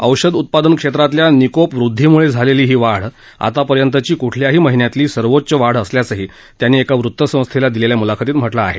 औषध उत्पादन क्षेत्रातल्या निकोप वृद्धीमुळे झालेली ही वाढ आतापर्यंतची कुठल्याही महिन्यातली सर्वोच्च वाढ असल्याचही त्यांनी एका वृत्तसंस्थेला दिलेल्या मुलाखतीत म्हटलं आहे